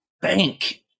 bank